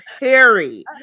Harry